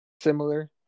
similar